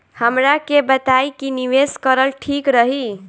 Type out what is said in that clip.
हमरा के बताई की निवेश करल ठीक रही?